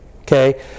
Okay